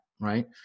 right